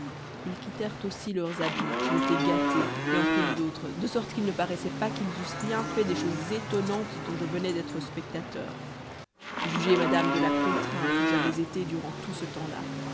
ils quittèrent aussi leurs habits qui étaient gâtés et en prirent d'autres de sorte qu'il ne paraissait pas qu'ils eussent rien fait des choses étonnantes dont je venais d'être spectateur jugez madame de la contrainte où j'avais été durant tout ce temps-là